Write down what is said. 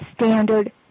standard